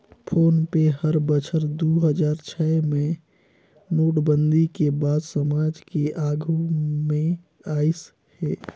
phone पे हर बछर दू हजार छै मे नोटबंदी के बाद समाज के आघू मे आइस हे